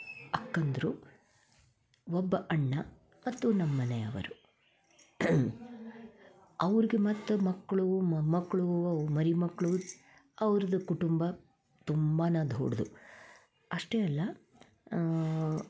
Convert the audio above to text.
ಅಕ್ಕಂದಿರು ಒಬ್ಬ ಅಣ್ಣ ಮತ್ತು ನಮ್ಮ ಮನೆಯವರು ಅವ್ರಿಗೆ ಮತ್ತು ಮಕ್ಕಳು ಮೊಮ್ಮಕ್ಕಳು ಅವು ಮರಿಮಕ್ಕಳು ಅವ್ರದ್ದು ಕುಟುಂಬ ತುಂಬನೇ ದೊಡ್ಡದು ಅಷ್ಟೇ ಅಲ್ಲ